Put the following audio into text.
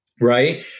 right